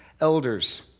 elders